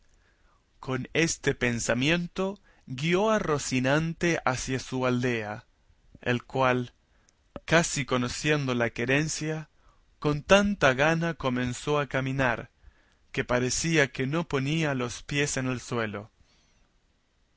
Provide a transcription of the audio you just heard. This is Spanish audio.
con este pensamiento guió a rocinante hacia su aldea el cual casi conociendo la querencia con tanta gana comenzó a caminar que parecía que no ponía los pies en el suelo